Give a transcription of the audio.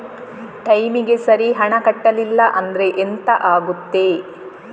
ಟೈಮಿಗೆ ಸರಿ ಹಣ ಕಟ್ಟಲಿಲ್ಲ ಅಂದ್ರೆ ಎಂಥ ಆಗುತ್ತೆ?